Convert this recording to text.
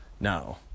no